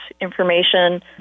information